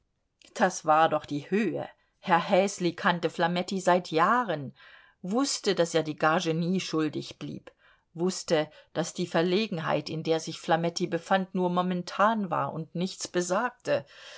das war doch die höhe herr häsli kannte flametti seit jahren wußte daß er die gagen nie schuldig blieb wußte daß die verlegenheit in der sich flametti befand nur momentan war und nichts besagte